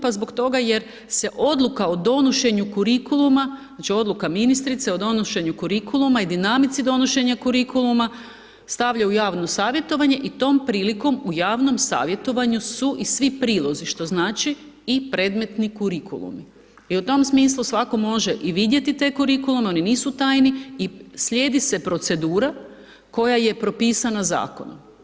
Pa zbog toga jer se odluka o donošenju kurikuluma, znači odluka ministre o donošenju kurikuluma i dinamici donošenja kurikuluma stavlja u javno savjetovanje i tom prilikom u javnom savjetovanju su i svi prilozi što znači i predmetni kurikulum i u tom smislu svako može i vidjeti te kurikulume, oni nisu tajni i slijedi se procedura koja je propisana zakonom.